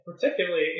Particularly